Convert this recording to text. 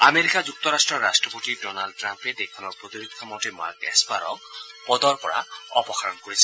America যুক্তৰাট্টৰ ৰাট্টপতি Donald ট্ৰাম্পে দেশখনৰ প্ৰতিৰক্ষা মন্ত্ৰী মাৰ্ক এস্পাৰক পদৰ পৰা অপসাৰণ কৰিছে